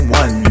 one